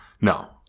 No